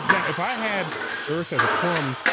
yeah if i had earth as a plum.